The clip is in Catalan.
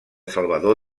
salvador